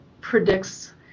predicts